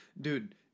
Dude